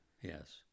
Yes